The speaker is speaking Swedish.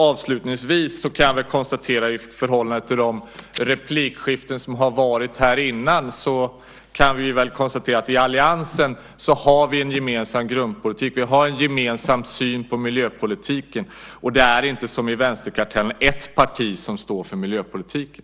Avslutningsvis kan jag väl konstatera att i förhållande till replikskiftena här tidigare har vi i alliansen en gemensam grundpolitik. Vi har en gemensam syn på miljöpolitiken. Det är inte som i vänsterkartellen ett parti som står för miljöpolitiken.